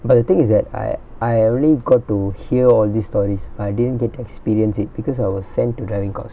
but the thing is that I I only got to hear all these stories I didn't get to experience it because I was sent to driving course